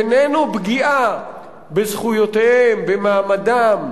איננו פגיעה בזכויותיהם, במעמדם,